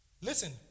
Listen